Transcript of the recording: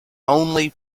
only